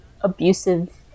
abusive